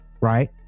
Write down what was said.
Right